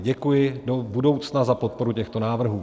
Děkuji do budoucna za podporu těchto návrhů.